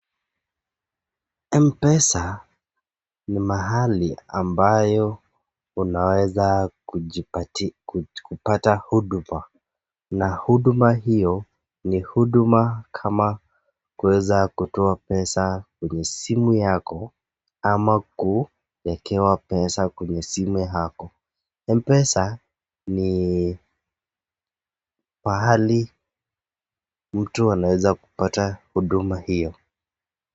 M-pesa ni mahali ambayo unaweza kupata huduma. Na huduma hiyo ni huduma kama kuweza kutoa pesa kwenye simu yako ama kuwekewa pesa kwenye simu yako. M-pesa ni pahali mtu anaweza kupata huduma hiyo.